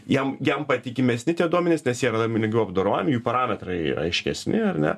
jam jam patikimesni tie duomenys nes jie randami lengviau apdorojami jų parametrai yra aiškesni ar ne